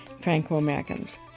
Franco-Americans